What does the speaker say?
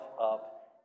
up